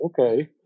Okay